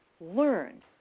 Learn